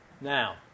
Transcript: Now